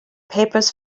papers